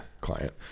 Client